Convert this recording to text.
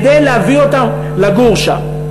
כדי להביא אותם לגור שם.